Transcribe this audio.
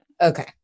Okay